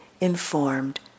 informed